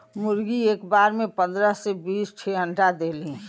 मुरगी एक बार में पन्दरह से बीस ठे अंडा देली